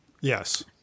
Yes